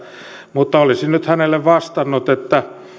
mutta olisin nyt hänelle vastannut